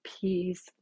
peace